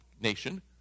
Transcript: nation